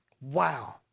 Wow